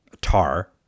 Tar